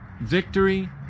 victory